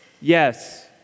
yes